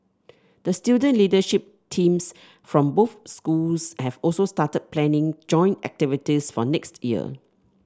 the student leadership teams from both schools have also started planning joint activities for next year